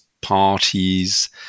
parties